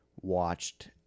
watched